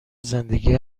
زندگی